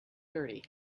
thirty